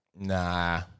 nah